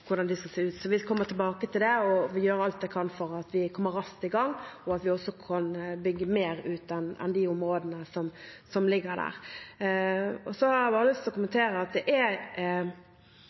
Så vi kommer tilbake til det, og jeg vil gjøre alt jeg kan for at vi kommer raskt i gang, og at vi også kan bygge ut mer enn de områdene som ligger der. Så har jeg lyst til å kommentere at det er